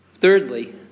Thirdly